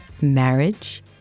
marriage